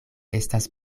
estas